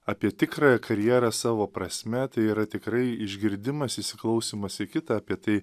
apie tikrąją karjerą savo prasme tai yra tikrai išgirdimas įsiklausymas į kitą apie tai